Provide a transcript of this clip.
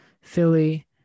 Philly